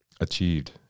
achieved